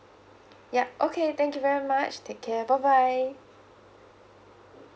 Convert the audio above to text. yup okay thank you very much take care bye bye mm